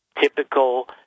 typical